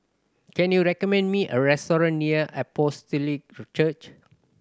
can you recommend me a restaurant near Apostolic Church